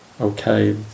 okay